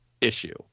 issue